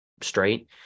straight